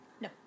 No